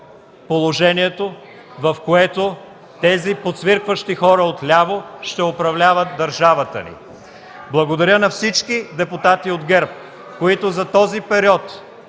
положението, в което тези подсвиркващи хора отляво ще управляват държавата ни. (Шум и реплики.) Благодаря на всички депутати от ГЕРБ, които за тези четири